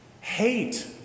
hate